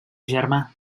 germà